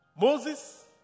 Moses